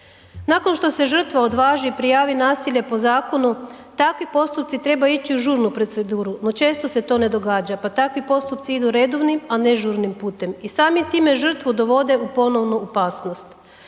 Nakon što se žrtva odvaži i prijavi nasilje po zakonu, takvi postupci trebaju ići u žurnu proceduru, no često se to ne događa, pa takvi postupci idu redovnim, a ne žurnim putem i samim time žrtvu dovode u ponovnu opasnost.